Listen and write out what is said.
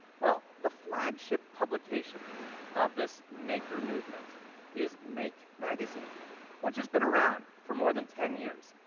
well, the flagship publication of this maker movement is make magazine which has been around for more than ten years.